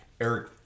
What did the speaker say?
Eric